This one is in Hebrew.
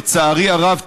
לצערי הרב,